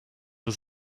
was